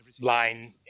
line